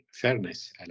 fairness